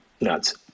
nuts